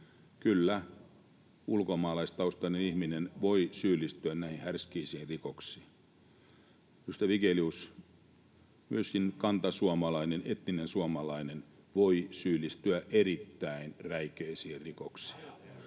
Kyllä, ulkomaalaistaustainen ihminen voi syyllistyä näihin härskeihin rikoksiin. Edustaja Vigelius, myöskin kantasuomalainen, etninen suomalainen, voi syyllistyä erittäin räikeisiin rikoksiin.